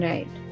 Right